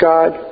God